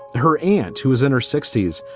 her aunt, who was in her sixty s,